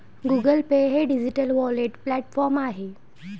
Google Pay हे digital wallet platform आहे